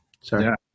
Sorry